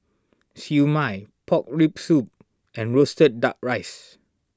Siew Mai Pork Rib Soup and Roasted Duck Rice